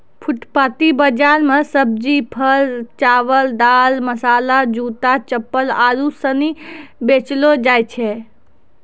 फुटपाटी बाजार मे सब्जी, फल, चावल, दाल, मसाला, जूता, चप्पल आरु सनी बेचलो जाय छै